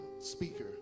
speaker